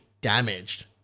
damaged